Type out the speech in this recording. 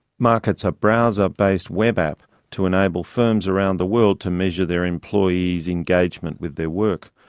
markets a browser based web app to enable firms around the world to measure their employees engagement with their work.